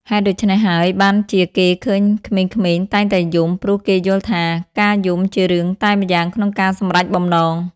ហេតុដូច្នេះហើយបានជាគេឃើញក្មេងៗតែងតែយំ ព្រោះគេយល់ថាការយំជារឿងតែម្យ៉ាងក្នុងការសម្រេចបំណង។